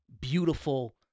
beautiful